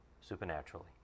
supernaturally